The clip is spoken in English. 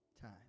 time